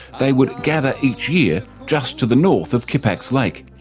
they would gather each year just to the north of kippax lake,